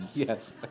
Yes